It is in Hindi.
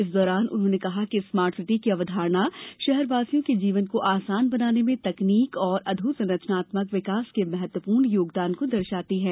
इस दौरान उन्होंने कहा कि स्मार्ट सिटी की अवधारणा शहर वासियों के जीवन को आसान बनाने में तकनीक और अधोसंरचनात्मक विकास के महत्वपूर्ण योगदान को दर्शाती है